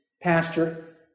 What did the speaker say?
pastor